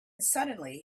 suddenly